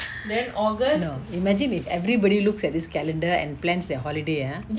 no imagine if everybody looks at this calendar and plans their holiday ah